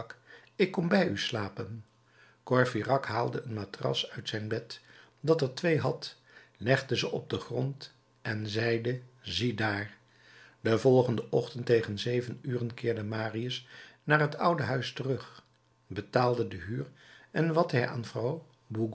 ik kom bij u slapen courfeyrac haalde een matras uit zijn bed dat er twee had legde ze op den grond en zeide ziedaar den volgenden ochtend tegen zeven uren keerde marius naar het oude huis terug betaalde de huur en wat hij aan vrouw